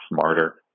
smarter